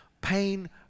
pain